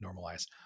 normalize